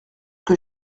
que